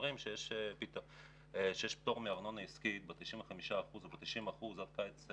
כשאומרים שיש פטור מארנונה עסקית לא כוללים